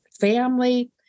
family